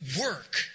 work